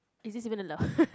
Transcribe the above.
is this even allowed